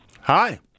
Hi